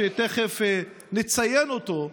שתכף נציין אותו,